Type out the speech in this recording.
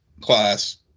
class